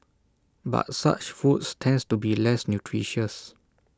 but such foods tends to be less nutritious